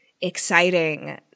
exciting